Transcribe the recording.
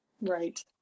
Right